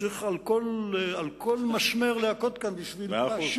צריך על כל מסמר להכות, כדי לחשוף,